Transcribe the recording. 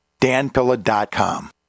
danpilla.com